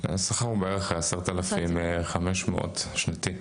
השכר הוא בערך 10 אלפים ו- 500 שקלים, שנתי.